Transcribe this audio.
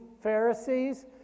Pharisees